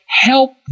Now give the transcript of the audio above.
help